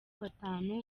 batanu